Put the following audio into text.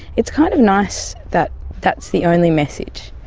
it's kind of nice that that's the only message.